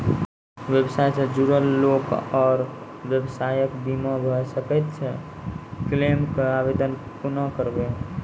व्यवसाय सॅ जुड़ल लोक आर व्यवसायक बीमा भऽ सकैत छै? क्लेमक आवेदन कुना करवै?